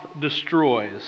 destroys